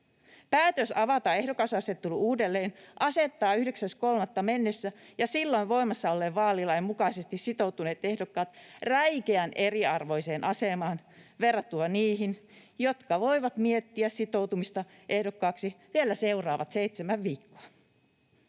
Päätös avata ehdokasasettelu uudelleen asettaa 9.3. mennessä ja silloin voimassa olleen vaalilain mukaisesti sitoutuneet ehdokkaat räikeän eriarvoiseen asemaan verrattuna niihin, jotka voivat miettiä sitoutumista ehdokkaaksi vielä seuraavat seitsemän viikkoa.